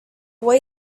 what